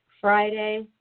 Friday